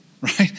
right